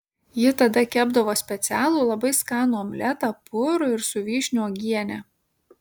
ji tada kepdavo specialų labai skanų omletą purų ir su vyšnių uogiene